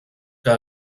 que